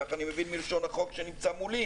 כך אני מבין מלשון החוק שנמצא מולי